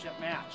match